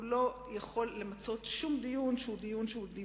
לא מאפשר למצות שום דיון מקצועי.